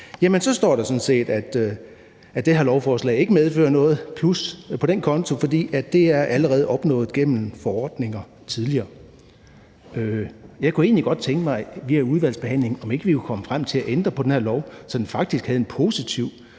så står der sådan set, at det her lovforslag ikke medfører noget plus på den konto, for det er allerede opnået gennem forordninger tidligere. Jeg kunne egentlig godt tænke mig i udvalgsbehandlingen at se på, om vi ikke kunne komme frem til at ændre på det her lovforslag, så det faktisk havde en positiv